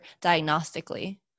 diagnostically